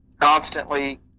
constantly